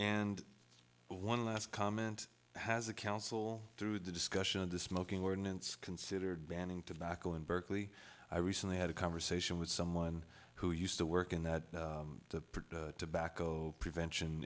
and one last comment has a council through the discussion of the smoking ordinance considered banning tobacco in berkeley i recently had a conversation with someone who used to work in that the back o prevention